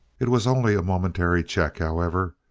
it was only a momentary check, however.